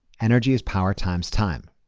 energy is power times time.